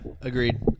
agreed